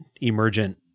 emergent